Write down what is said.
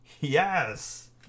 Yes